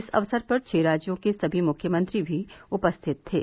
इस अवसर पर छह राज्यों के सभी मुख्यमंत्री भी उपस्थित थे